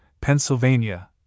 Pennsylvania